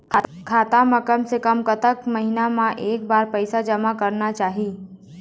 खाता मा कम से कम कतक महीना मा एक बार पैसा जमा करना चाही?